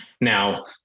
now